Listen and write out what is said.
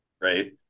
right